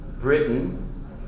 Britain